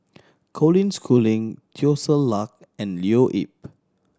Colin Schooling Teo Ser Luck and Leo Yip